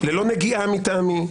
ללא נגיעה מטעמי,